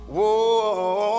Whoa